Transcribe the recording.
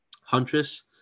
huntress